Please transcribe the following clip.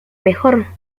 mejor